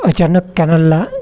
अचानक कॅनलला